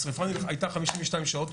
השריפה הייתה 52 שעות,